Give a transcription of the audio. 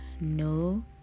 no